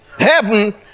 heaven